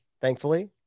thankfully